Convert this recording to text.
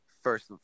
First